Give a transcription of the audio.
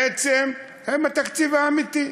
בעצם הם התקציב האמיתי.